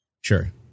Sure